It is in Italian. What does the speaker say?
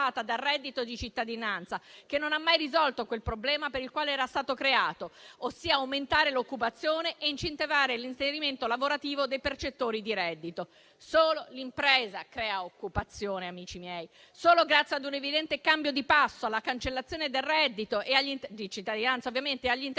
grazie a tutto